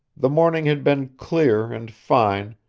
the morning had been clear and fine,